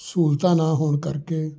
ਸਹੂਲਤਾਂ ਨਾ ਹੋਣ ਕਰਕੇ